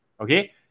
Okay